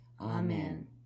Amen